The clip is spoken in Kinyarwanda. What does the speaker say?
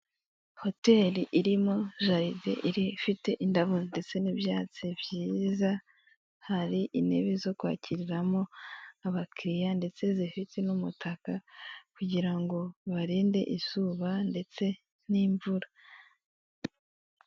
Hoteli irimo jaride, ifite indabo ndetse n'ibyatsi byiza, hari intebe zo kwakiriramo abakiriya, ndetse zifite n'umutaka, kugira ngo ubarinde izuba ndetse n'imvura.